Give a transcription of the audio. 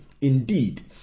Indeed